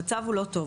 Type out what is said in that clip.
המצב הוא לא טוב,